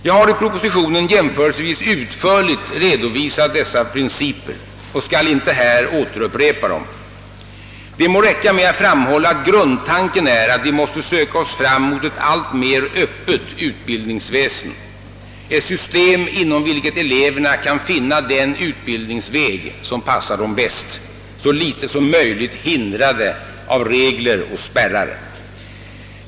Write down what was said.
Jag har i propositionen jämförelsevis utförligt redovisat dessa principer och skall inte här upprepa dem. Det må räcka med att framhålla att grundtanken är att vi måste söka oss fram mot ett alltmer öppet utbildningsväsen, ett system inom vilket eleverna kan finna den utbildningsväg som passar dem bäst, så litet som möjligt hindrade av regler och spärrar.